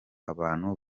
abantu